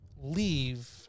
leave